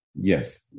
Yes